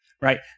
Right